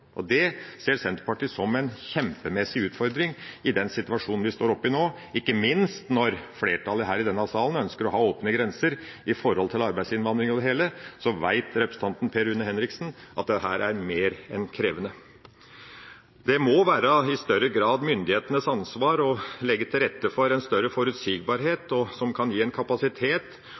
en kjempemessig utfordring i den situasjonen vi står oppe i nå, ikke minst når flertallet her i denne salen ønsker å ha åpne grenser med hensyn til arbeidsinnvandring og det hele. Da vet representanten Per Rune Henriksen at dette er mer enn krevende. Det må i større grad være myndighetenes ansvar å legge til rette for en større